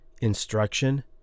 instruction